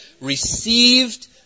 received